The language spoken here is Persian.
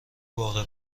باغ